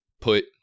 put